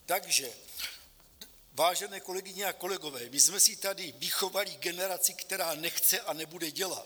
Takže vážené kolegyně a kolegové, my jsme si tady vychovali generaci, která nechce a nebude dělat.